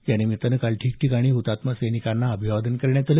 यानिमित्तानं काल ठिकठिकाणी हुतात्मा सैनिकांना आदरांजली वाहण्यात आली